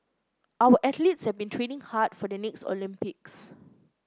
our athletes have been training hard for the next Olympics